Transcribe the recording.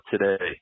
today